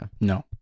No